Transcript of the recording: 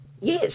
Yes